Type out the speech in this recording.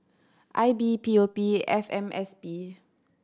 I B P O P F M S P